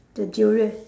the durian